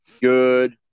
Good